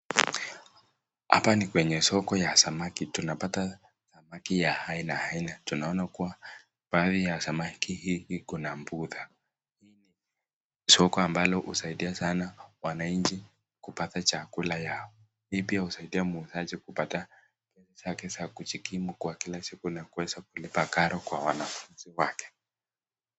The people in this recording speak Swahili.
Hapa ni kwenye soko ya samaki .Tunapata samaki ya aina aina. Tunaona kuwa baadhi ya samaki hii iko na budhaa. Hii ni soko ambalo husaidia sana wananchi kupata chakula yao, hii pia husaidia muuzaji kupata pesa yake za kujikimu kwa kila siku na kuweza kulipa karo kwaa wanafunzi wake.